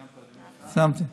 סיימתי.